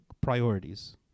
priorities